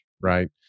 Right